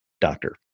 Doctor